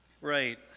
right